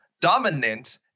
Dominant